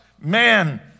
man